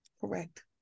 Correct